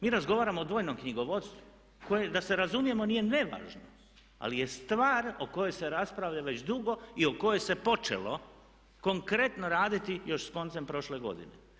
Mi razgovaramo o dvojnom knjigovodstvu, koje da se razumijemo nije nevažno ali je stvar o kojoj se raspravlja već dugo i o kojoj se počelo konkretno raditi još s koncem prošle godine.